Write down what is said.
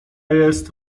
jest